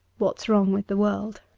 what's wrong with the world